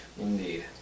Indeed